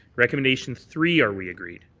recommendation three, are we agreed?